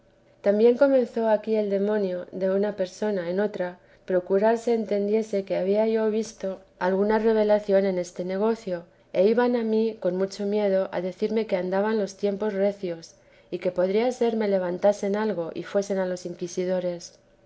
también comenzó aquí el demonio de una persona en otra a procurar se entendiese que había yo visto alguna revelación en este negocio e iban a mí con mucho miedo a decirme que andaban los tiempos recios y que podría ser me levantasen algo y fuesen a los inquisidores